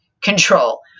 control